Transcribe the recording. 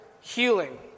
healing